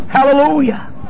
Hallelujah